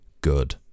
good